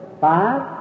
Five